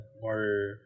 more